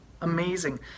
amazing